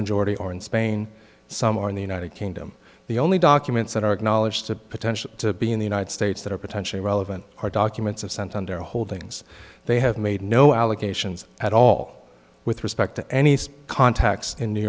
majority are in spain some are in the united kingdom the only documents that are acknowledged to potential to be in the united states that are potentially relevant are documents of sent on their holdings they have made no allegations at all with respect to any contacts in new